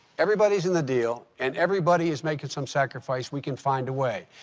everybody's in the deal, and everybody is making some sacrifice, we can find a way.